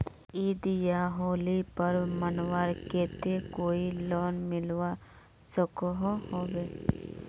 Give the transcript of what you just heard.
ईद या होली पर्व मनवार केते कोई लोन मिलवा सकोहो होबे?